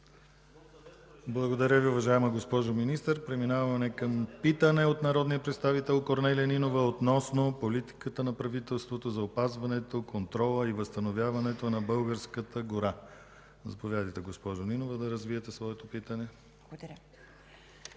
Благодаря Ви, уважаема госпожо Министър. Преминаваме към питане от народния представител Корнелия Нинова относно политиката на правителството за опазването, контрола и възстановяването на българската гора. Заповядайте, госпожо Нинова, да развиете своето питане. КОРНЕЛИЯ